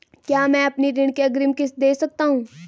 क्या मैं अपनी ऋण की अग्रिम किश्त दें सकता हूँ?